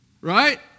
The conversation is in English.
Right